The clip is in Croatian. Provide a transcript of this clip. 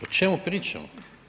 O čemu pričamo?